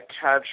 catch